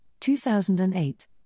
2008